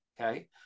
Okay